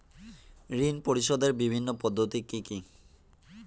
ঋণ পরিশোধের বিভিন্ন পদ্ধতি কি কি?